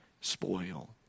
spoil